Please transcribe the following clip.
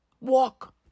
Walk